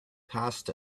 passed